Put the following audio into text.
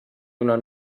donar